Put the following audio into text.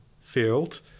field